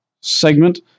segment